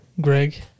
Greg